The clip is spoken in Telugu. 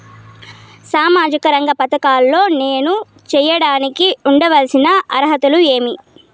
సామాజిక రంగ పథకాల్లో నేను చేరడానికి ఉండాల్సిన అర్హతలు ఏమి?